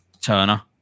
Turner